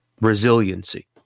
Resiliency